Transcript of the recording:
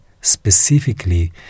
specifically